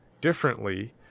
differently